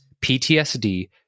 PTSD